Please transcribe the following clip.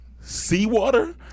Seawater